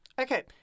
Okay